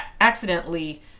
accidentally